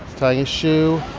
tying his shoe.